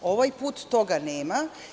Ovaj put toga nema.